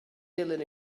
dilyn